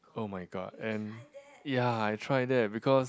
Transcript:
oh-my-god and ya I tried that because